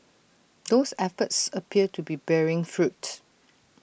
those efforts appear to be bearing fruit